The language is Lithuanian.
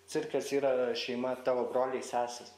cirkas yra šeima tavo broliai sesės